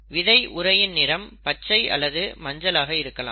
விதை உறையின் நிறம் பச்சை அல்லது மஞ்சள் ஆக இருக்கலாம்